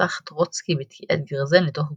נרצח טרוצקי בתקיעת גרזן לתוך גולגולתו.